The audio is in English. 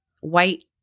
white